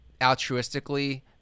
altruistically